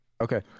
Okay